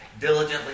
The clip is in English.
diligently